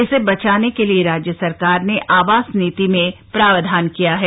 इसे बचाने के लिए राज्य सरकार ने आवास नीति में प्रावधान किया है